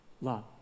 love